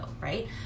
right